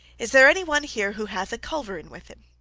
is there any one here who hath a culverin with him?